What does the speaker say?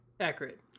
accurate